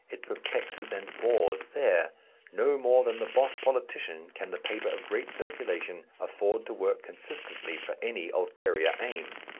it perplexes and bores there no more than the boss politician can the paper of great circulation afford to work consistently for any ulterior aim.